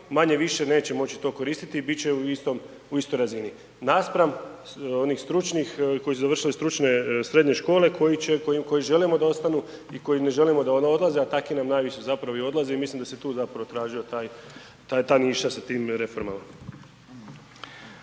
manje-više neće moći to koristiti i bit će u istoj razini, naspram onih stručnih koji su završili stručne srednje škole koje želimo da ostanu i koje ne želimo da odlaze, a takvi nam najviše zapravo i odlaze i mislim da se tu zapravo tražio ta niša sa tim reformama.